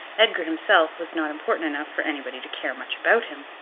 edgar himself was not important enough for anybody to care much about him.